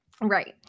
Right